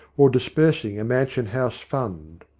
or disbursing a mansion house fund.